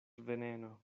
veneno